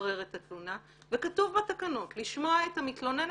לברר את התלונה וכתוב בתקנות לשמוע את המתלוננת,